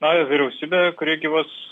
na vyriausybę kuri gyvuos